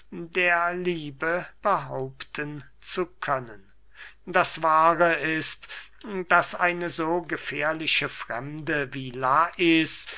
der liebe behaupten zu können das wahre ist daß eine so gefährliche fremde wie lais